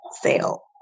sale